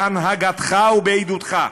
בהנהגתך ובעידודך,